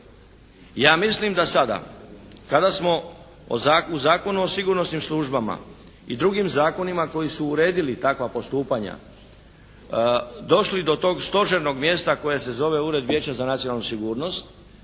Ja mislim da sada kada smo u Zakonu o sigurnosnim službama i drugim zakonima koji su uredili takva postupanja došli do tog stožernog mjesta koje se zove Ured Vijeća za nacionalnu sigurnost,